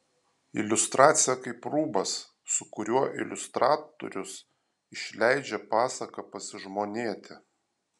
iliustracija kaip rūbas su kuriuo iliustratorius išleidžia pasaką pasižmonėti